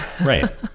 Right